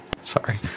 Sorry